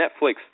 Netflix